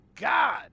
God